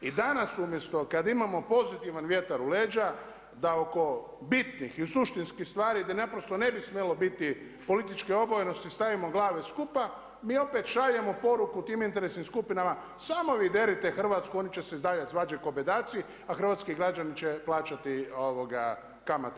I danas umjesto kad imamo pozitivan vjetar u leđa, da oko bitnih i suštinskih stvari gdje naprosto ne bi smjelo biti političke obojenosti stavimo glave skupa mi opet šaljemo poruku tim interesnim skupinama samo vi derite Hrvatsku, oni će se i dalje svađati ko bedaci, a hrvatski građani će plaćati kamate.